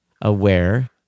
aware